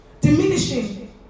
diminishing